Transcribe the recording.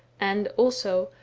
and also,